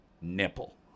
nipple